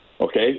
Okay